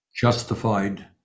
justified